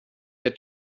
der